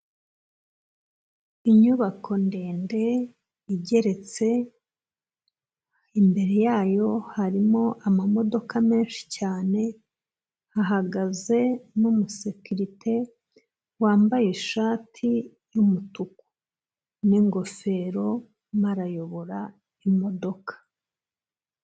Inyubako ndende igeretse, imbere yayo harimo ama modoka menshi cyane, hahagaze n'umu sekirite wambaye ishati y'umutuku, n'ingofero arimo arayobora imodoka.